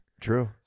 True